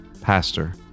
pastor